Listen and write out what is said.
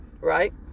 Right